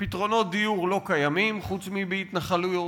פתרונות דיור לא קיימים חוץ מבהתנחלויות.